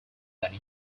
that